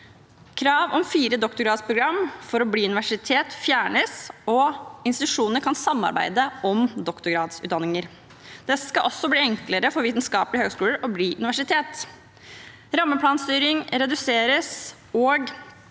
Krav om fire doktorgradsprogram for å bli universitet fjernes, og institusjonene kan samarbeide om doktorgradsutdanninger. Det skal også bli enklere for vitenskapelige høyskoler å bli universitet. Rammeplanstyring reduseres, og